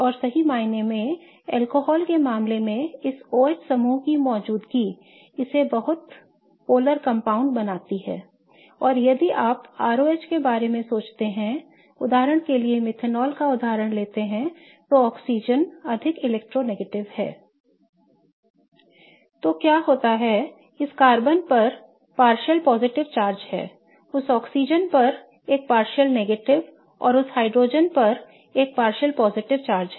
और सही मायने में अल्कोहल के मामले में इस OH समूह की मौजूदगी इसे बहुत ध्रुवीय यौगिक बनाती है और यदि आप ROH के बारे में सोचते हैं उदाहरण के लिए मेथनॉल का उदाहरण लेते हैं तो ऑक्सीजन अधिक इलेक्ट्रो नेगेटिव हैI तो क्या होता है इस कार्बन पर आंशिक धनात्मक आवेश है उस आक्सीजन पर एक आंशिक ऋणात्मक और उस हाइड्रोजन पर एक आंशिक धनात्मक आवेश है